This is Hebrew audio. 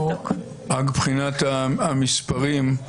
מבחינת המספרים.